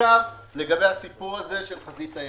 לגבי חזית הים,